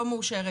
לא מאושרת,